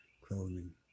Clothing